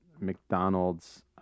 McDonald's